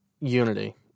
Unity